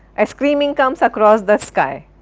a screaming comes across the sky.